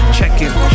Checkin